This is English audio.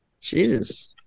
Jesus